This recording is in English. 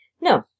No